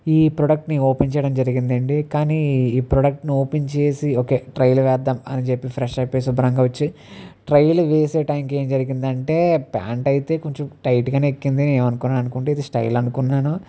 ఈ ప్రోడక్ట్ని ఓపెన్ చేయడం జరిగింది అండి కానీ ఈ ప్రోడక్ట్ని ఓపెన్ చేసి ఓకే ట్రైల్ వేద్దాం అని చెప్పి ఫ్రెష్అప్ అయ్యి శుభ్రంగా వచ్చి ట్రైలు వేసే టైంకి ఏం జరిగిందంటే ప్యాంటు అయితే కొంచెం టైట్గానే ఎక్కింది నేనేం అనుకోను అనుకుంటే స్టైల్ అనుకున్నాను